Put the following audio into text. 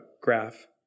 graph